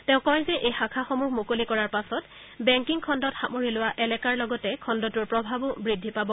তেওঁ কয় যে এই শাখাসমূহ মুকলি কৰাৰ পাছত বেংকিং খণ্ডত সামৰি লোৱা এলেকাৰ লগতে খণ্ডটোৰ প্ৰভাৱো বৃদ্ধি পাব